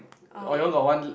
oh